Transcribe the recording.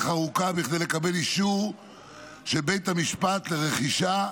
ארוכה כדי לקבל אישור של בית המשפט לרכישה,